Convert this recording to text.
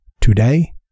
today